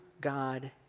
God